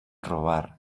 robar